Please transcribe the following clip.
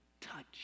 touch